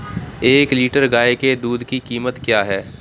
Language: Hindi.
एक लीटर गाय के दूध की कीमत क्या है?